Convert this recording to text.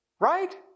Right